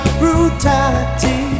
brutality